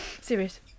Serious